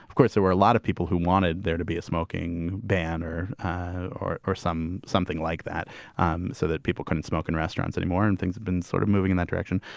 of course, there were a lot of people who wanted there to be a smoking ban or or or some something like that um so that people couldn't smoke in restaurants anymore. and things have been sort of moving in that direction.